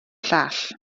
llall